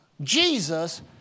Jesus